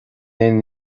aon